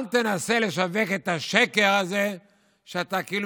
אל תנסה לשווק את השקר הזה שאתה כאילו